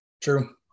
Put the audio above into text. true